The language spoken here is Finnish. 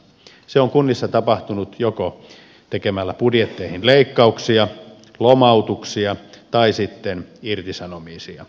se on kunnissa tapahtunut tekemällä joko budjetteihin leikkauksia lomautuksia tai sitten irtisanomisia